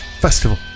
Festival